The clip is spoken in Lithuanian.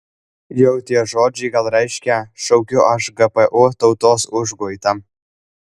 jau tie žodžiai gal reiškia šaukiu aš gpu tautos užguitą